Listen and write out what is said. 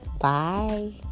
bye